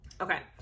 Okay